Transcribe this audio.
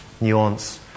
Nuance